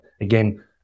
again